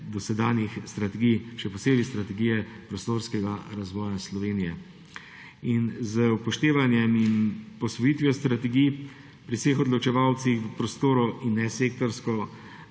dosedanjih strategij, še posebej Strategije prostorskega razvoja Slovenije. Z upoštevanjem in posvojitvijo strategij pri vseh odločevalcih v prostoru in ne sektorsko